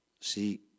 See